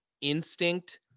instinct